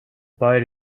boy